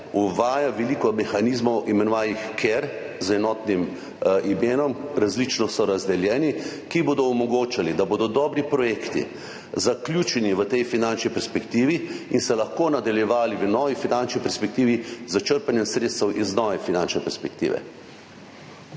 uvaja veliko mehanizmov, imenovanih z enotnim imenom CARE, različno so razdeljeni in bodo omogočali, da bodo dobri projekti zaključeni v tej finančni perspektivi in se bodo lahko nadaljevali v novi finančni perspektivi s črpanjem sredstev iz nove finančne perspektive.